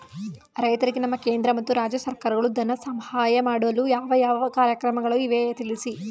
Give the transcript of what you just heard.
ರೈತರಿಗೆ ನಮ್ಮ ಕೇಂದ್ರ ಮತ್ತು ರಾಜ್ಯ ಸರ್ಕಾರಗಳು ಧನ ಸಹಾಯ ಮಾಡಲು ಯಾವ ಯಾವ ಕಾರ್ಯಕ್ರಮಗಳು ಇವೆ ತಿಳಿಸಿ?